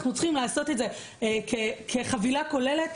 אנחנו צריכים לעשות את זה כחבילה כוללת,